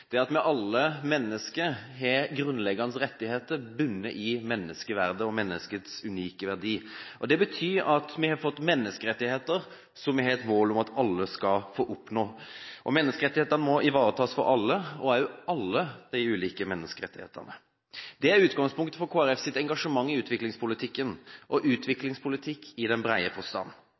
Det at vi – alle mennesker – har grunnleggende rettigheter, bunner i menneskeverdet og menneskets unike verdi. Det betyr at vi har fått menneskerettigheter som vi har et mål om at alle skal få oppnå. Menneskerettigheter må ivaretas for alle – alle de ulike menneskerettighetene. Dette er utgangspunktet for Kristelig Folkepartis engasjement i utviklingspolitikken – og utviklingspolitikk i bred forstand.